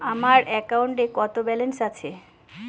আমার অ্যাকাউন্টে কত ব্যালেন্স আছে?